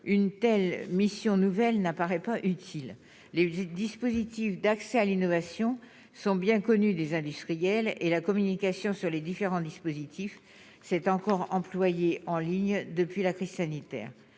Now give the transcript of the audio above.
une telle mission nouvelle n'apparaît pas utile les dispositif d'accès à l'innovation sont bien connus des industriels et la communication sur les différents dispositifs c'est encore employé en ligne depuis la crise sanitaire